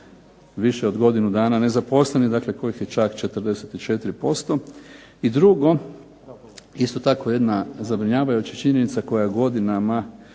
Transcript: više od godinu dana nezaposleni, dakle, kojih je čak 44%. I drugo, isto tako jedna zabrinjavajuća činjenica koja je godinama